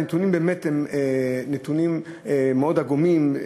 הנתונים הם באמת מאוד עגומים.